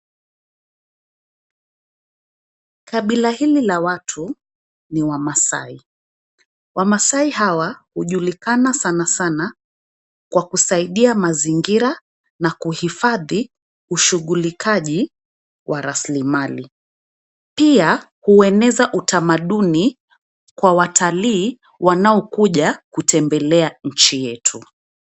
Kabila hili la watu ni Wamaasai. Wamaasai hawa hujulikana sana sana kwa kusaidia mazingira na kuhifadhi ushughulikaji wa rasilimali. Pia hueneza utamaduni kwa watalii wanaokuja kutembelea nchi yetu.